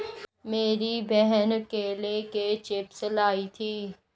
मेरी बहन केले के चिप्स लाई थी